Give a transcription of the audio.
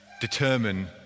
determine